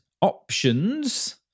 options